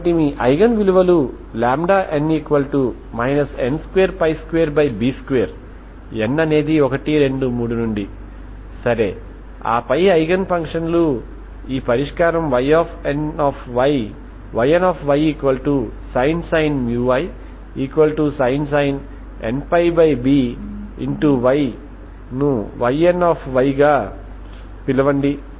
కాబట్టి మీ ఐగెన్ విలువలు n n22b2 n అనేది 1 2 3 నుండి సరే ఆపై ఐగెన్ ఫంక్షన్ లు ఈ పరిష్కారం Ynysin μy sin nπby ను Yny గా పిలవండి